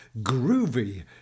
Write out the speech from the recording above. groovy